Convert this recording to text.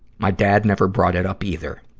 my dad never brought it up, either.